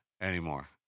Anymore